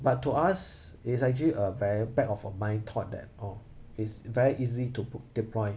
but to us it's actually a very back of our mind thought that oh it's very easy to p~ to point